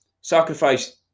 sacrifice